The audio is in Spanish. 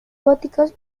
góticos